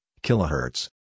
kilohertz